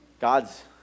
God's